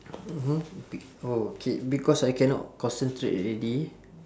mmhmm okay because I cannot concentrate already